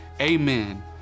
amen